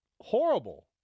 horrible